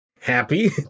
happy